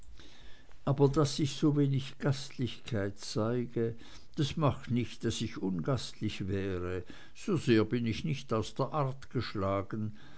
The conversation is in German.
aber daß ich so wenig gastlichkeit zeige das macht nicht daß ich ungastlich wäre so sehr bin ich nicht aus der art geschlagen